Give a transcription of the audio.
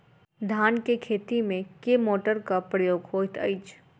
धान केँ खेती मे केँ मोटरक प्रयोग होइत अछि?